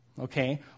Okay